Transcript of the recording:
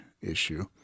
issue